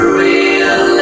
real